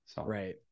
right